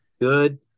good